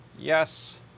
Yes